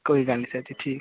कोई गल्ल निं सर जी ठीक